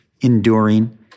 enduring